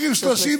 אתה צריך לסיים.